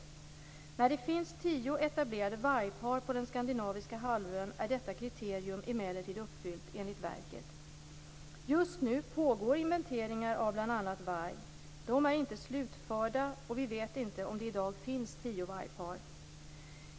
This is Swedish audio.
När det finns tio etablerade vargpar på den skandinaviska halvön är detta kriterium emellertid uppfyllt, enligt verket. Just nu pågår inventeringar av bl.a. varg. De är inte slutförda, och vi vet inte om det i dag finns tio vargpar.